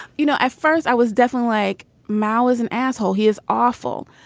you know i first i was definitely like mao is an asshole he is awful.